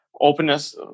openness